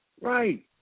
Right